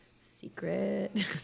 secret